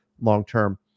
long-term